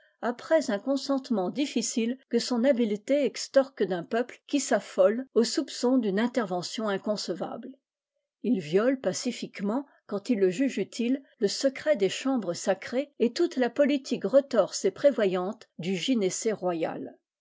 après un consentement difficile que son habileté extorque d'un peuple qui s'affole au soupçon d'une intervention inconcevable il viole pacifiquement quand il le juge utile le secret des chambres sacrées et toute la politique retorse et prévoyante du